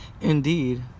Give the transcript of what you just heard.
Indeed